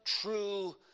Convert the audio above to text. true